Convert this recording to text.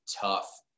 tough